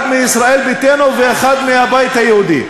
אחד מישראל ביתנו ואחד מהבית היהודי.